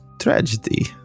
Tragedy